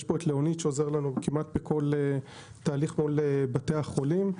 יש את לאוניד שעוזר לנו כמעט בכל תהליך מול בתי החולים.